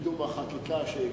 לקידום החקיקה שהגשתי,